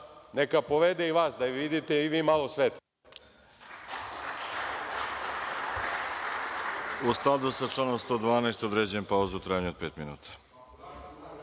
neka povede i vas, da vidite i vi malo sveta.